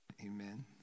Amen